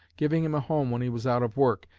giving him a home when he was out of work,